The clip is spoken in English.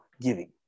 giving